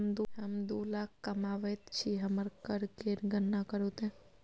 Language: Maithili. हम दू लाख कमाबैत छी हमर कर केर गणना करू ते